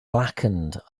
blackened